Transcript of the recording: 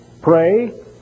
Pray